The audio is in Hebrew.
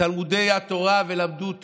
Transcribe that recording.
תלמודי התורה ולמדו תורה.